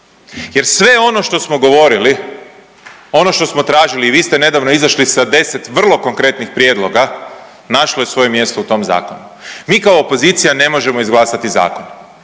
jer sve ono što smo govorili, ono što smo tražili i vi ste nedavno izašli sa 10 vrlo konkretnih prijedloga, našlo je svoje mjesto u tom zakonu. Mi kao opozicija ne možemo izglasati zakon,